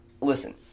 listen